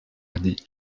hardis